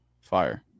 fire